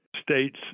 states